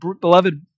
beloved